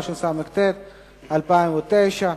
התשס"ט 2009,